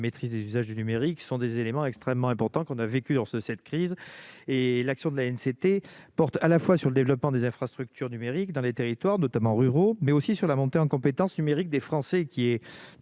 des usages du numérique, est un élément extrêmement important dans la crise que nous traversons. L'action de l'ANCT porte sur le développement des infrastructures numériques dans les territoires, notamment ruraux, mais aussi sur la montée en compétences numérique des Français, ce